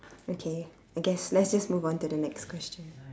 okay I guess let's just move on to the next question